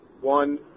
one